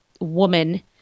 woman